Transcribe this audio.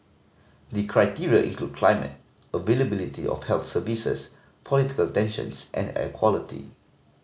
the criteria include climate availability of health services political tensions and air quality